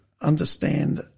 understand